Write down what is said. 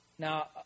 Now